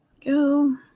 Go